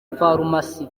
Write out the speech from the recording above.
farumasi